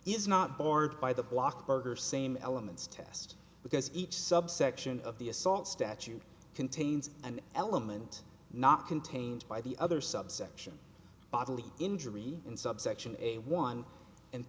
is not barred by the block berger same elements test because each subsection of the assault statute contains an element not contained by the other subsection bodily injury in subsection a one and